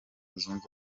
zunze